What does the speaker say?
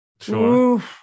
Sure